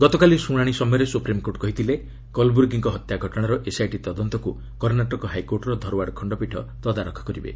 ଗତକାଲି ଶୁଣାଣି ସମୟରେ ସୁପ୍ରିମ୍କୋର୍ଟ କହିଥିଲେ କଲ୍ବୁର୍ଗିଙ୍କ ହତ୍ୟା ଘଟଣାର ଏସ୍ଆଇଟି ତଦନ୍ତକୁ କର୍ଷ୍ଣାଟକ ହାଇକୋର୍ଟର ଧର୍ୱାର୍ଡ଼ ଖଶ୍ଚପୀଠ ତଦାରଖ କରିବେ